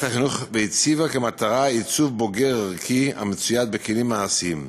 החינוך והציבה כמטרה עיצוב בוגר ערכי המצויד בכלים מעשיים,